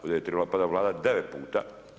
Ovdje je trebala padat Vlada 9 puta.